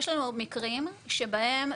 יש לנו מקרים שבהם,